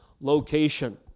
location